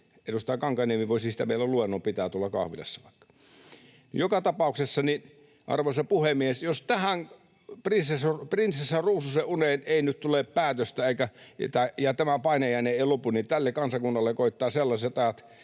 edustaja Kankaanniemi voisi siitä meille luennon pitää vaikka tuolla kahvilassa. Joka tapauksessa, arvoisa puhemies, jos tähän prinsessa ruususen uneen ei nyt tule päätöstä eikä tämä painajainen lopu, niin tälle kansakunnalle koittaa sellaiset ajat,